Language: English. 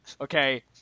okay